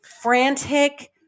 Frantic